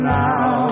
now